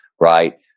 right